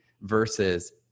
versus